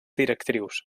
directrius